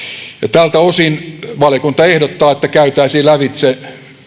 tältä osin valiokunta ehdottaa että käytäisiin lävitse